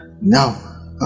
Now